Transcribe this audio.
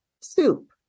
soup